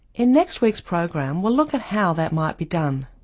in next week's program we'll look at how that might be done.